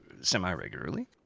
semi-regularly